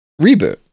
reboot